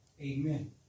Amen